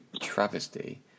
travesty